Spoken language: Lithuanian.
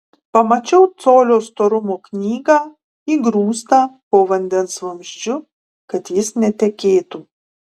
pamačiau colio storumo knygą įgrūstą po vandens vamzdžiu kad jis netekėtų